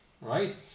Right